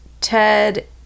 Ted